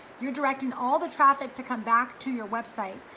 you're directing all the traffic to come back to your website,